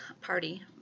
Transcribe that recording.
party